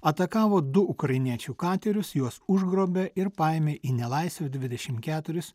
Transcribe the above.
atakavo du ukrainiečių katerius juos užgrobė ir paėmė į nelaisvę dvidešimt keturis